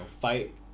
fight